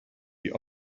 die